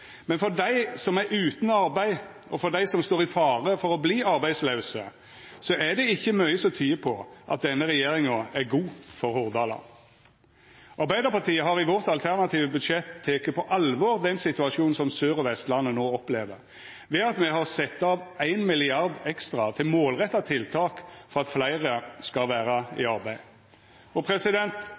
men for dei som er utan arbeid, og for dei som står i fare for å verta arbeidslause, er det ikkje mykje som tyder på at denne regjeringa er god for Hordaland. Arbeidarpartiet har i sitt alternative budsjett teke på alvor den situasjonen som Sør- og Vestlandet no opplever, ved at me har sett av l mrd. kr ekstra til målretta tiltak for at fleire skal vera i arbeid.